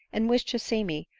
and wish to see me,